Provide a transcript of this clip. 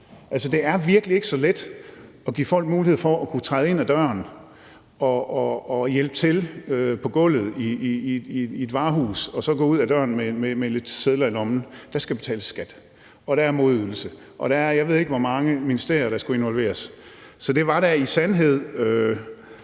Det er virkelig ikke så let at give folk mulighed for at kunne træde ind ad døren og hjælpe til på gulvet i et varehus og så gå ud af døren med lidt sedler i lommen. Der skal betales skat, og der er modydelse, og der er, jeg ved ikke, hvor mange ministerier der skal involveres. Så det er da i sandhed